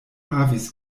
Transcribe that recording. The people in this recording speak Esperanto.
havis